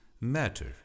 matter